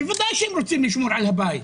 ודאי שהם רוצים לשמור על ביתם,